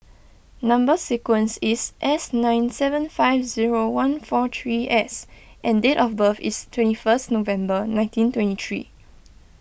Number Sequence is S nine seven five zero one four three S and date of birth is twenty first November nineteen twenty three